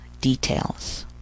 details